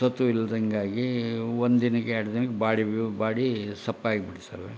ಸತ್ವ ಇಲ್ದಂತಾಗಿ ಒಂದು ದಿನಕ್ಕೆ ಎರಡು ದಿನಕ್ಕೆ ಬಾಡಿ ಬಾಡಿ ಸಪ್ಪೆ ಆಗ್ಬಿಡುತ್ತೆ ಸರ್